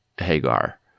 Hagar